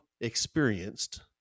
experienced